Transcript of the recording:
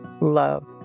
love